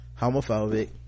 homophobic